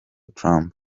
trump